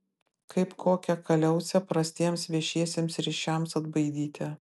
kaip kokią kaliausę prastiems viešiesiems ryšiams atbaidyti